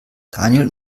daniel